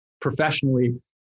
professionally